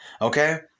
Okay